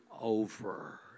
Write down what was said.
over